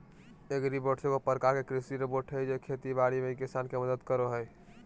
agribots एगो प्रकार के कृषि रोबोट हय जे खेती बाड़ी में किसान के मदद करो हय